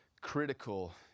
critical